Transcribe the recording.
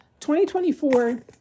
2024